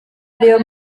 ariyo